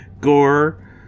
gore